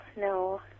no